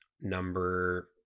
Number